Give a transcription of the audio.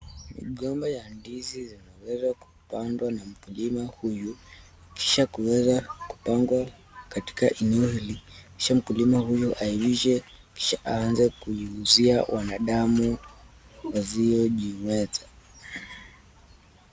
Migomba ya ndizi zimeweza kupandwa na mkulima huyu kisha kuweza kupangwa katika eneo hili kisha mkulima huyu aivishe kisha aanze kuiuzia wanadamu wasiojiweza.